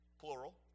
plural